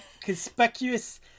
conspicuous